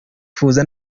kwihuza